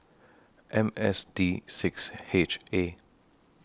M S D six H A